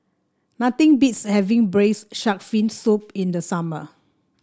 nothing beats having Braised Shark Fin Soup in the summer